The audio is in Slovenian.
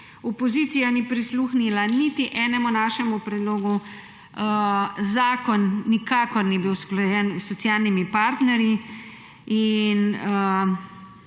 Opozicija ni prisluhnila niti enemu našemu predlogu, zakon nikakor ni bil usklajen s socialnimi partnerji.